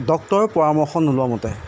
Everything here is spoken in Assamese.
ডক্টৰৰ পৰামৰ্শ নোলাৱা মতে